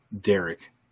Derek